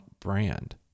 brand